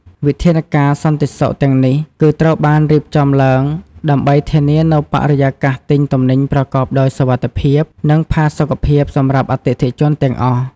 វិធានការសន្តិសុខទាំងនេះ គឺត្រូវបានរៀបចំឡើងដើម្បីធានានូវបរិយាកាសទិញទំនិញប្រកបដោយសុវត្ថិភាព និងផាសុកភាពសម្រាប់អតិថិជនទាំងអស់។